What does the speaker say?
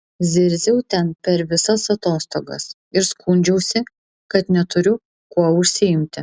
zirziau ten per visas atostogas ir skundžiausi kad neturiu kuo užsiimti